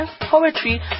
poetry